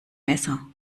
messer